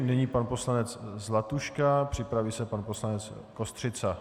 Nyní pan poslanec Zlatuška, připraví se pan poslanec Kostřica.